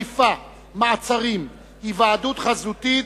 מעצרים) (היוועדות חזותית,